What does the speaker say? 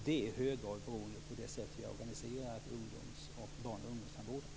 Det beror i hög grad på det sätt som vi har organiserat barn och ungdomstandvården på.